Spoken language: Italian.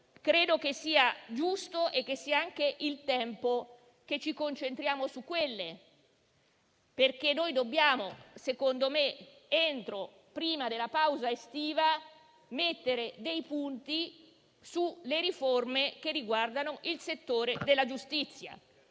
Credo che sia giusto e che sia anche il tempo che ci concentriamo su quelle, perché, secondo me, prima della pausa estiva, dobbiamo mettere alcuni punti sulle riforme che riguardano il settore della giustizia.